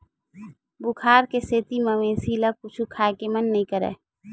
बुखार के सेती मवेशी ल कुछु खाए के मन नइ करय